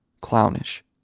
clownish